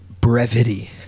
Brevity